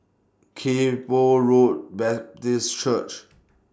Kay Poh Road Baptist Church